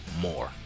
more